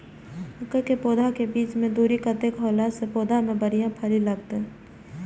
मके के पौधा के बीच के दूरी कतेक होला से पौधा में बढ़िया फली लगते?